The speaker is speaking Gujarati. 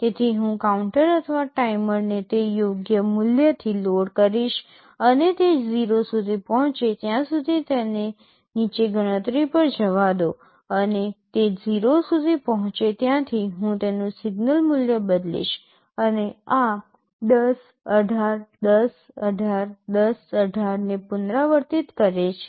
તેથી હું કાઉન્ટર અથવા ટાઈમરને તે યોગ્ય મૂલ્યથી લોડ કરીશ અને તે 0 સુધી પહોંચે ત્યાં સુધી તેને નીચે ગણતરી પર જવા દો અને તે 0 સુધી પહોંચે ત્યાંથી હું તેનું સિગ્નલનું મૂલ્ય બદલીશ અને આ 10 18 10 18 10 18 ને પુનરાવર્તિત કરે છે